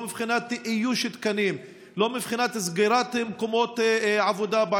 לא מבחינת איוש תקנים,